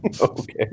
Okay